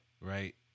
Right